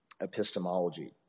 epistemology